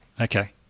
okay